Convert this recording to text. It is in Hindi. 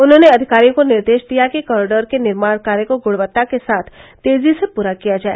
उन्होंने अधिकारियों को निर्देश दिया कि कॉरिडोर के निर्माण कार्य को गृणवत्ता के साथ तेजी से पूरा किया जाए